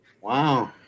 Wow